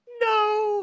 no